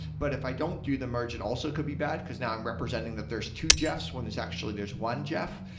but if i don't do the merge, it also could be bad, because now i'm representing that there's two jeffs, when actually there's one jeff.